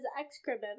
excrement